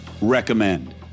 recommend